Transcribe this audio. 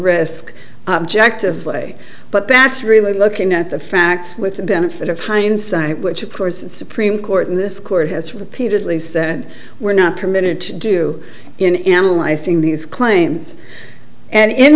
risk objective way but that's really looking at the facts with the benefit of hindsight which of course supreme court in this court has repeatedly said we're not permitted to do in analyzing these claims an i